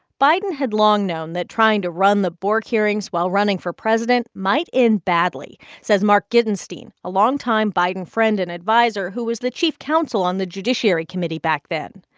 biden had long known that trying to run the bork hearings while running for president might end badly, says mark gitenstein, a longtime biden friend and adviser who was the chief counsel on the judiciary committee back then.